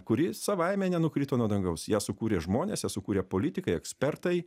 kuri savaime nenukrito nuo dangaus ją sukūrė žmonės sukūrė politikai ekspertai